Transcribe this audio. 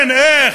כן, איך?